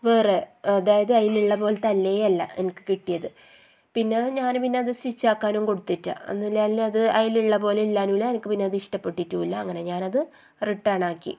വേറെ അതായത് അതിലുള്ളത് പോലത്തെ അല്ലേ അല്ല എനിക്ക് കിട്ടിയത് പിന്ന ഞാൻ പിന്നെ അത് സ്റ്റിച്ച് ആക്കാനും കൊടുത്തില്ല ഒന്നില്ലെങ്കിലും അത് അതിലുള്ളത് പോലെ ഇല്ലാനുല്ല എനിക്ക് പിന്നെ ഇഷ്ടപ്പെട്ടിട്ടുമില്ല അങ്ങനെ ഞാനത് റിട്ടേൺ ആക്കി